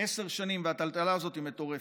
עשר שנים, והטלטלה הזאת מטורפת.